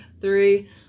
three